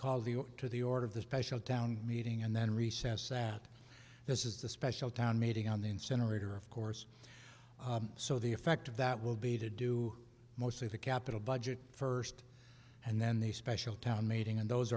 meeting to the order of the special town meeting and then recess that this is the special town meeting on the incinerator of course so the effect of that will be to do mostly the capital budget first and then the special town meeting and those